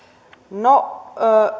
no